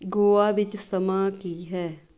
ਗੋਆ ਵਿੱਚ ਸਮਾਂ ਕੀ ਹੈ